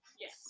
Yes